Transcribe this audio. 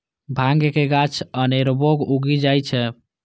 भांग के गाछ अनेरबो उगि जाइ छै